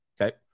Okay